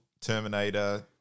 Terminator